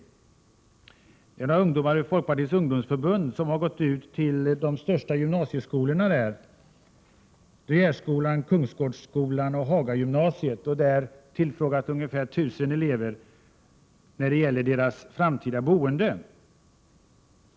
Det är några ungdomar från Folkpartiets ungdomsförbund som har gått ut till de största gymnasieskolorna där — De Geerskolan, Kungsgårdsskolan och Hagaskolan — och tillfrågat ungefär 1 000 elever om deras framtida boende.